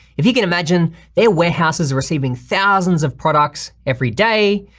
if you can imagine their warehouses receiving thousands of products every day,